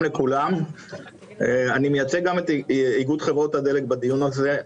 אני מייצג גם את איגוד חברות הדלק בדיון הזה.